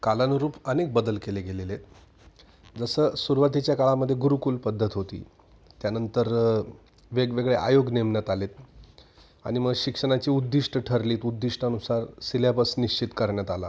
कालानुरूप अनेक बदल केले गेलेले आहेत जसं सुरुवातीच्या काळामध्ये गुरुकुल पद्धत होती त्यानंतर वेगवेगळे आयोग नेमण्यात आले आणि मग शिक्षणाची उद्दिष्टं ठरली आहेत उद्दिष्टानुसार सिलॅबस निश्चित करण्यात आला